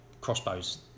crossbows